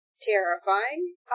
terrifying